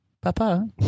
Papa